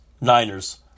Niners